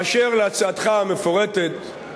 אשר להצעתך המפורטת,